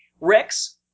Rex